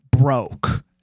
broke